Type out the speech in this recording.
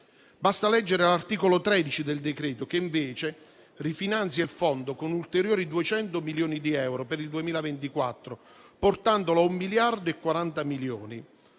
Basta leggere l'articolo 13 del decreto-legge, che invece rifinanzia il fondo con ulteriori 200 milioni di euro per il 2024, portandolo a 1,04 miliardi di euro.